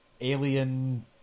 alien